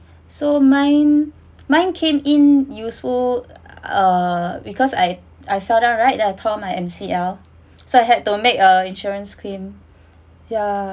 so mine mine came in useful uh because I I fell down right then I tore my M_C_L so I had to make a insurance claim